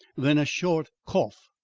than a short cough,